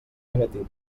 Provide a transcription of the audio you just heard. negativa